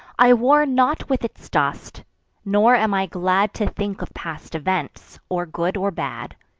i war not with its dust nor am i glad to think of past events, or good or bad.